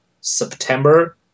September